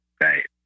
Right